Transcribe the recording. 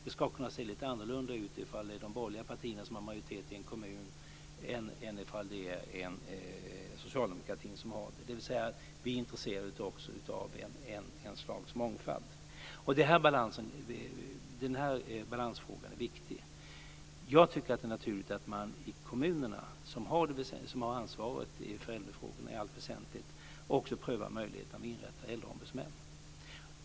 Det ska kunna se lite annorlunda ut ifall de borgerliga partierna har majoritet i en kommun än om socialdemokraterna har majoritet. Vi är alltså intresserade av ett slags mångfald. Den här balansfrågan är viktig. Jag tycker att det är naturligt att man i kommunerna, som ju i allt väsentligt har ansvaret i äldrefrågorna, också prövar möjligheten att inrätta äldreombudsmän.